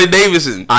Davidson